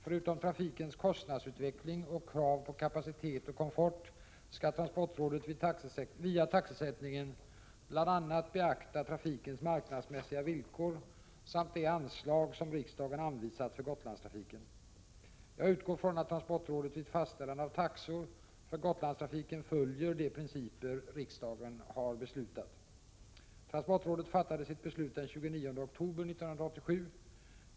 Förutom trafikens kostnadsutveckling och krav på kapacitet och komfort skall transportrådet via taxesättningen bl.a. beakta trafikens marknadsmässiga villkor samt det anslag som riksdagen anvisat för Gotlandstrafiken. Jag utgår från att transportrådet vid fastställande av taxor för Gotlandstrafiken följer de principer riksdagen har beslutat. Transportrådet fattade sitt beslut den 29 oktober 1987.